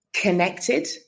connected